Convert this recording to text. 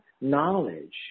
knowledge